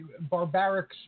barbaric